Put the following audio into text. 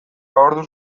orduz